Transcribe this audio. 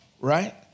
right